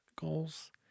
goals